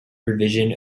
revision